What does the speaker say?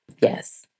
Yes